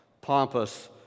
pompous